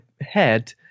head